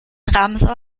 ramsau